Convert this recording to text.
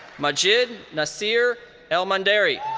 majid nasir al-mundari.